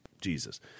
Jesus